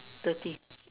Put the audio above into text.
thirty